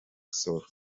nsoro